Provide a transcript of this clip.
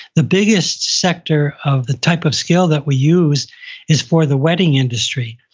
the biggest sector of the type of skill that we use is for the wedding industry,